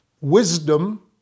wisdom